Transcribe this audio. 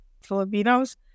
Filipinos